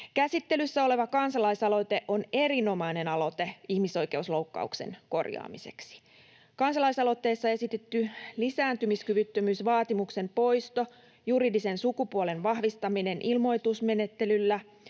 Käsittelyssä oleva kansalaisaloite on erinomainen aloite ihmisoikeusloukkauksen korjaamiseksi. Kansalaisaloitteessa esitetty lisääntymiskyvyttömyysvaatimuksen poisto, juridisen sukupuolen vahvistaminen ilmoitusmenettelyllä